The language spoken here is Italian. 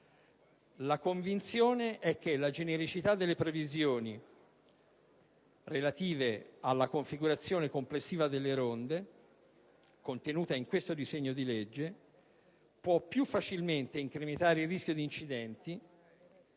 La convinzione è che la genericità delle previsioni relative alla configurazione complessiva delle ronde, contenuta in questo disegno di legge, potrà più facilmente incrementare il rischio di incidenti,